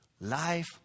Life